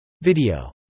video